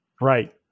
Right